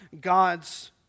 God's